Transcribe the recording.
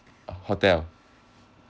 uh hotel